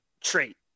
trait